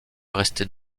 rester